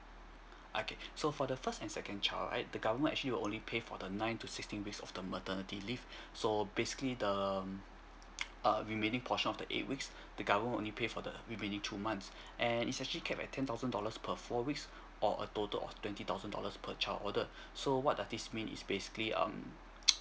okay so for the first and second child I the government actually will only pay from the ninth to sixty weeks of the maternity leave so basically the err remaining portion of the eight weeks the government will only pay for the remaining two months and it's actually capped at ten thousand dollars per four weeks or a total of twenty thousand dollars per child order so what does this means is basically um